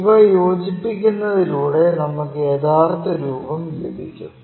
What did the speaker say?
ഇവ യോജിപ്പിന്നതിലൂടെ നമുക്ക് യഥാർത്ഥ രൂപം ലഭിക്കും